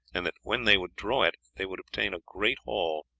and that when they would draw it they would obtain a great haul.